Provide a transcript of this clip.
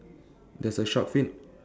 there's a shark fin